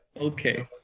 okay